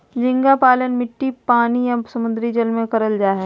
झींगा पालन मीठे पानी या समुंद्री जल में करल जा हय